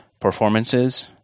performances